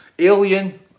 Alien